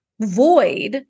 void